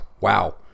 Wow